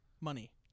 money